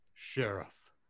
Sheriff